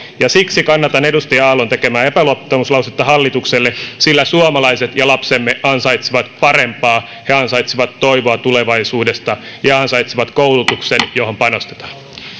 ja siksi kannatan edustaja aallon tekemää epäluottamuslausetta hallitukselle sillä suomalaiset ja lapsemme ansaitsevat parempaa he ansaitsevat toivoa tulevaisuudesta he ansaitsevat koulutuksen johon panostetaan